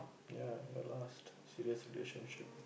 ya your last serious relationship